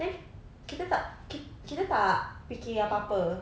then kita tak kita tak fikir apa-apa